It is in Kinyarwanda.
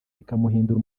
ikamuhindura